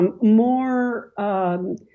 more